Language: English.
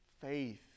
faith